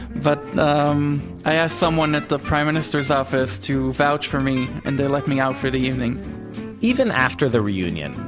but um i asked someone at the prime minister's office to vouch for me, and they let me out for the evening even after the reunion,